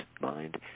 mind